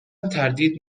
تردید